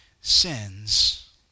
sins